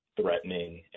threatening